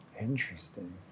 Interesting